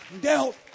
dealt